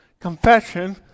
confession